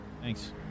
thanks